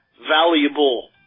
valuable